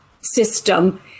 system